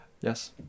Yes